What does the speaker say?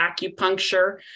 acupuncture